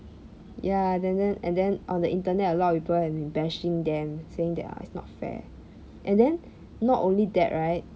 ya then then and then on the internet a lot of people have been bashing them saying they are it's not fair and then not only that right